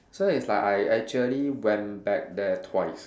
so it's like I actually went back there twice